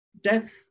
death